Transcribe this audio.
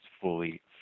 fully